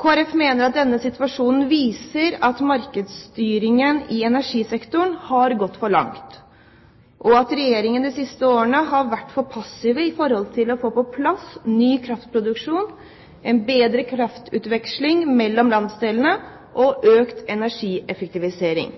Folkeparti mener at denne situasjonen viser at markedsstyringen i energisektoren har gått for langt, og at Regjeringen de siste årene har vært for passiv med å få på plass ny kraftproduksjon, en bedre kraftutveksling mellom landsdelene og økt energieffektivisering.